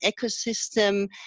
ecosystem